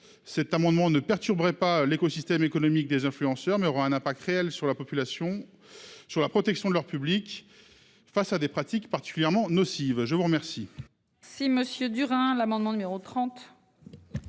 Cet amendement ne perturberait pas l'écosystème économique des influenceurs, mais aurait un impact réel sur la protection de leur public face à des pratiques particulièrement nocives. La parole